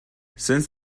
since